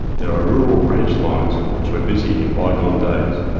there are rural branch lines which were busy in bygone days,